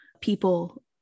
people